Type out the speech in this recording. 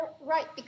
Right